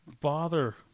bother